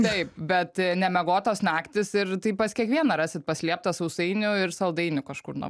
taip bet nemiegotos naktys ir tai pas kiekvieną rasi paslėptą sausainių ir saldainių kažkur nuo